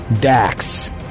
Dax